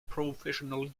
professional